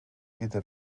gyda